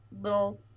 little